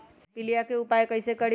पीलिया के उपाय कई से करी?